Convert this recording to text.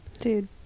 Dude